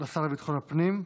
לשר לביטחון הפנים,